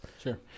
Sure